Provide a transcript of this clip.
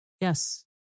Yes